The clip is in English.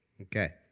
Okay